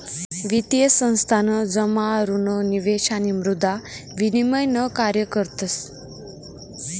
वित्तीय संस्थान जमा ऋण निवेश आणि मुद्रा विनिमय न कार्य करस